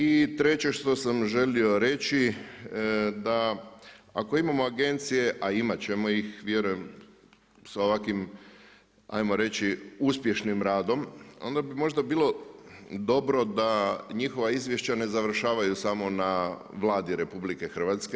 I treće što sam želio reći da ako imamo agencije a imati ćemo ih vjerujem sa ovakvim ajmo reći uspješnim radom onda bi možda bilo dobro da njihova izvješća ne završavaju samo na Vladi RH.